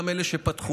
גם אלה שפתחו.